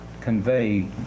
convey